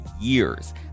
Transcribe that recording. years